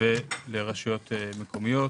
ולרשויות מקומיות,